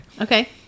Okay